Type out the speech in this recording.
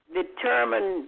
determine